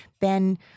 Ben